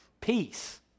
peace